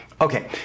Okay